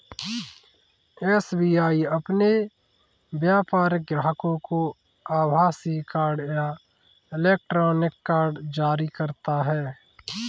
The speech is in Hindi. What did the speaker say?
एस.बी.आई अपने व्यापारिक ग्राहकों को आभासीय कार्ड या इलेक्ट्रॉनिक कार्ड जारी करता है